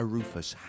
Rufus